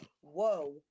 Whoa